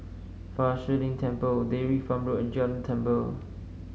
Fa Shi Lin Temple Dairy Farm Road and Jalan Tambur